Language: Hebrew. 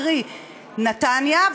קרי נתניה,